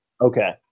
Okay